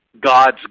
God's